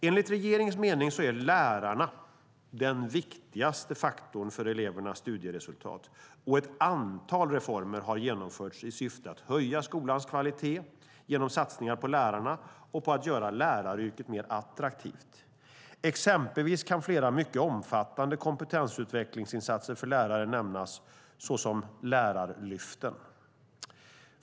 Enligt regeringens mening är lärarna den viktigaste faktorn för elevernas studieresultat, och ett antal reformer har genomförts i syfte att höja skolans kvalitet genom satsningar på lärarna och på att göra läraryrket mer attraktivt. Exempelvis kan flera mycket omfattande kompetensutvecklingsinsatser för lärare nämnas, såsom lärarlyften.